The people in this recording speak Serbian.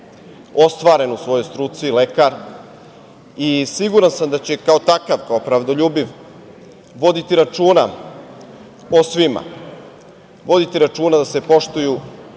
ostvaren u svojoj struci, lekar. Siguran sam da će kao takav, kao pravdoljubiv voditi računa o svima. Voditi računa da se poštuju